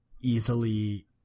easily